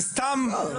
זה סתם.